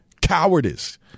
cowardice